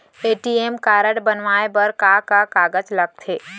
ATM card बनवाये बर का का कागज लगथे?